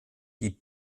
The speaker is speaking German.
die